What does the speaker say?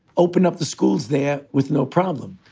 open up the schools there with no problem.